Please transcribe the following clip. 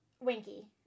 Winky